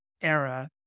era